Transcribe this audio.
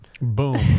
Boom